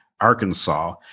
Arkansas